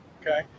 okay